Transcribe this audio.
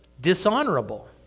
dishonorable